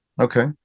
Okay